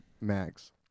Max